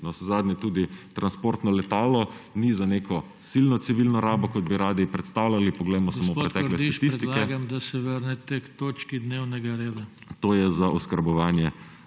Navsezadnje tudi transportno letalo ni za neko silno civilno rabo, kot bi radi predstavljali. Poglejmo samo pretekle statistike… **PODPREDSEDNIK